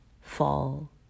fall